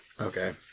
Okay